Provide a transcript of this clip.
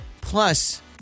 Plus